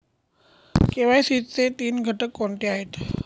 KYC चे तीन घटक कोणते आहेत?